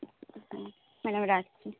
হ্যাঁ ম্যাডাম রাখছি